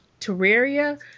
Terraria